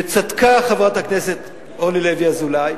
וצדקה חברת הכנסת אורלי לוי אבקסיס,